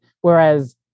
whereas